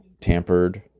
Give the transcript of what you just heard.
tampered